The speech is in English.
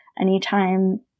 Anytime